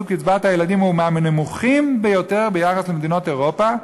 קצבאות הילדים הוא מהנמוכים ביותר ביחס למדינות אירופה.